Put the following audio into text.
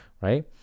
right